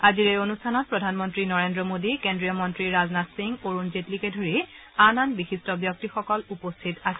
আজিৰ এই অনুষ্ঠানত প্ৰধানমন্ত্ৰী নৰেন্দ্ৰ মোডী কেন্দ্ৰীয় মন্ত্ৰী ৰাজনাথ সিং অৰুণ জেটলীকে ধৰি আন আন বিশিষ্ট ব্যক্তিসকল উপস্থিত আছিল